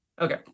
Okay